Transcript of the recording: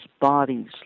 bodies